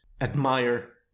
admire